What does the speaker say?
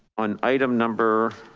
on item number